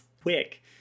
quick